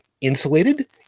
insulated